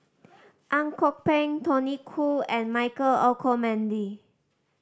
Ang Kok Peng Tony Khoo and Michael Olcomendy